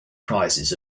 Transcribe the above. prizes